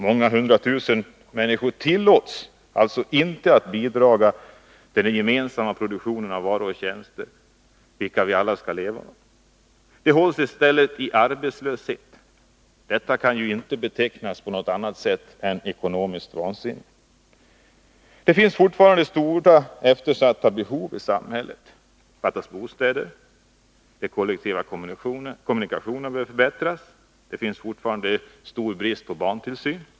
Många hundra tusen människor tillåts alltså inte bidraga till den gemensamma produktionen av varor och tjänster som vi alla skall leva av. De hålls i stället i arbetslöshet. Detta kan ju inte betecknas som något annat än ekonomiskt vansinne. Det finns fortfarande stora eftersatta behov i samhället. Det fattas bostäder. De kollektiva kommunikationerna behöver förbättras. Det finns stor brist på barntillsyn.